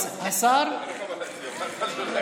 חבר הכנסת,